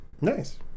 nice